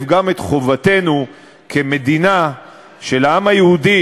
גם את חובתנו כמדינה של העם היהודי,